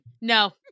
No